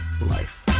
life